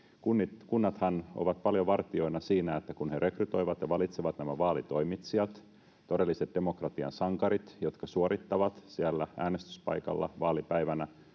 Kunnathan ovat paljon vartijoina siinä, että kun he rekrytoivat ja valitsevat nämä vaalitoimitsijat, todelliset demokratian sankarit, jotka suorittavat siellä äänestyspaikalla vaalipäivänä